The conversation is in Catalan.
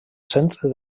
centre